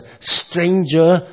stranger